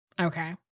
Okay